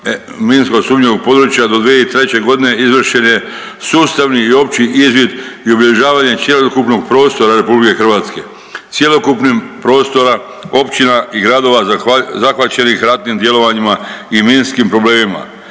minsko sumnjivog područja do 2003. g. izvršen je sustavni i opći izvid i obilježavanje cjelokupnog prostora RH. Cjelokupnim prostora općina i gradova zahvaćenih ratnim djelovanjima i minskim problemima